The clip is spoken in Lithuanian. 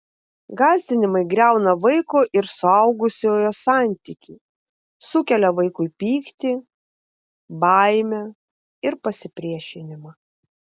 gąsdinimai griauna vaiko ir suaugusiojo santykį sukelia vaikui pyktį baimę ir pasipriešinimą